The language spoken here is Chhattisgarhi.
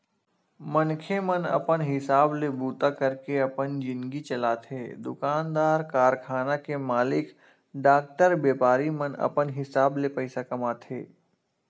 मनखे मन अपन हिसाब ले बूता करके अपन जिनगी चलाथे दुकानदार, कारखाना के मालिक, डॉक्टर, बेपारी मन अपन हिसाब ले पइसा कमाथे